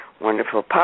wonderful